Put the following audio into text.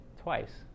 twice